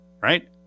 right